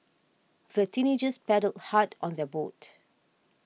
the teenagers paddled hard on their boat